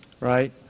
right